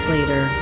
Later